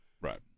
Right